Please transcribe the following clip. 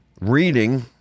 reading